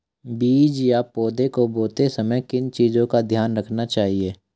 बीज या पौधे को बोते समय किन चीज़ों का ध्यान रखना चाहिए?